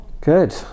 good